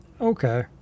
okay